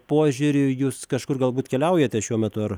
požiūriu jūs kažkur galbūt keliaujate šiuo metu ar